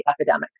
epidemic